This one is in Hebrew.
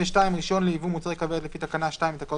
(32)רישיון ליבוא מוצרי כוורת לפי תקנה 2 לתקנות